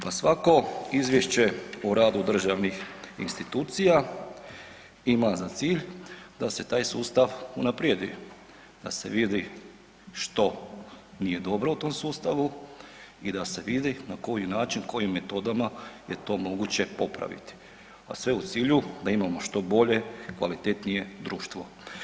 Pa svako izvješće o radu državnih institucija ima za cilj da se taj sustav unaprijedi, da se vidi što nije dobro u tom sustavu i da se vidi na koji način kojim metodama je to moguće popraviti, a sve u cilju da imamo što bolje i kvalitetnije društvo.